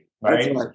right